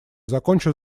закончу